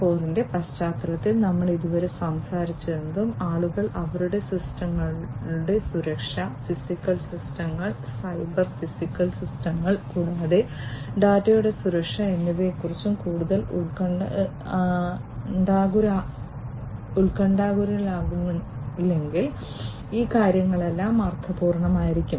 0 ന്റെ പശ്ചാത്തലത്തിൽ നമ്മൾ ഇതുവരെ സംസാരിച്ചതെന്തും ആളുകൾ അവരുടെ സിസ്റ്റങ്ങളുടെ സുരക്ഷ ഫിസിക്കൽ സിസ്റ്റങ്ങൾ സൈബർ ഫിസിക്കൽ സിസ്റ്റങ്ങൾ കൂടാതെ ഡാറ്റയുടെ സുരക്ഷ എന്നിവയെക്കുറിച്ച് കൂടുതൽ ഉത്കണ്ഠാകുലരല്ലെങ്കിൽ ഈ കാര്യങ്ങളെല്ലാം അർത്ഥപൂർണ്ണമായിരിക്കും